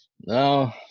No